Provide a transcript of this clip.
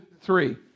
three